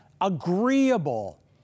agreeable